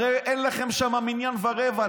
הרי אין לכם שם מניין ורבע.